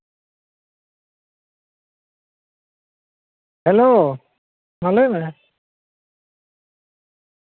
hello ᱢᱟ ᱞᱟᱹᱭᱢᱮ